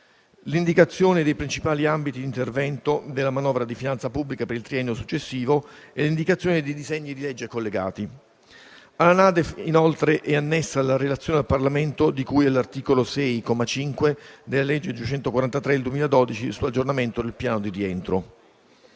l'indicazione dei principali ambiti di intervento della manovra di finanza pubblica per il triennio successivo e l'indicazione di disegni di legge collegati. Alla NADEF, inoltre, è annessa la relazione al Parlamento di cui all'articolo 6, comma 5, della legge n. 243 del 2012, sull'aggiornamento del piano di rientro.